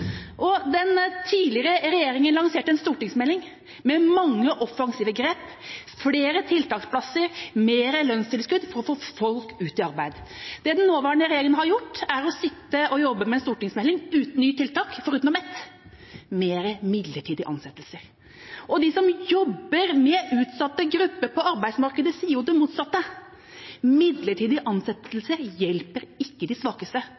arbeid. Den tidligere regjeringa lanserte en stortingsmelding med mange offensive grep, som flere tiltaksplasser og mer lønnstilskudd for å få folk ut i arbeid. Det den nåværende regjeringa har gjort, er å sitte og jobbe med en stortingsmelding uten nye tiltak, utenom ett: flere midlertidige ansettelser. Og de som jobber med utsatte grupper på arbeidsmarkedet, sier jo det motsatte: Midlertidige ansettelser hjelper ikke de svakeste,